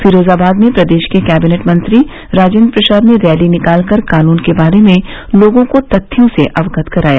फिरोजाबाद में प्रदेश के कैबिनेट मंत्री राजेंद्र प्रसाद ने रैली निकालकर कानून के बारे में लोगों को तथ्यों से अवगत कराया